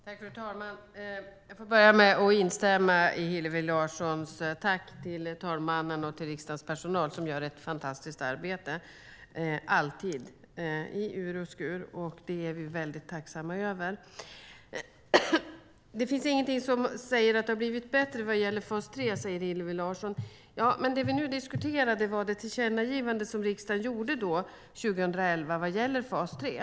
Fru talman! Jag får börja med att instämma i Hillevi Larssons tack till talmannen och till riksdagens personal som alltid, i ur och skur, gör ett fantastiskt arbete. Det är vi väldigt tacksamma över. Det finns ingenting som säger att det har blivit bättre vad gäller fas 3, säger Hillevi Larsson. Men det vi nu diskuterar är det tillkännagivande som riksdagen gjorde 2011 vad gällde fas 3.